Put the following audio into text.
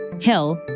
Hill